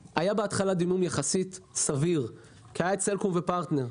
בהתחלה הדימום היה יחסית סביר כי היה את סלקום ופרטנר.